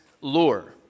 lure